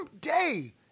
Day